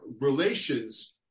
relations